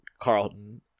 Carlton